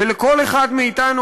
ולכל אחד מאתנו,